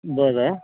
बरं